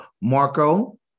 Marco